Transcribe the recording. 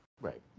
Right